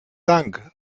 dank